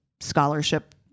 scholarship